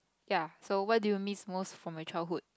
ya so what do you miss most from my childhood